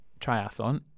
triathlon